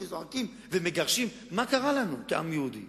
למען הסדר הטוב: הצעת חבר הכנסת חיים אמסלם היא דיון במליאה.